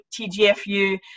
TGFU